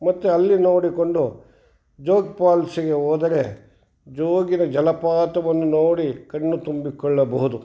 ಮತ್ತೆ ಅಲ್ಲಿ ನೋಡಿಕೊಂಡು ಜೋಗ್ ಫಾಲ್ಸಿಗೆ ಹೋದರೆ ಜೋಗಿನ ಜಲಪಾತವನ್ನು ನೋಡಿ ಕಣ್ಣು ತುಂಬಿಕೊಳ್ಳಬಹುದು